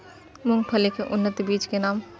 मूंगफली के उन्नत बीज के नाम?